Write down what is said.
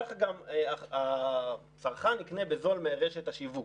כך גם הצרכן יקנה בזול מרשת השיווק.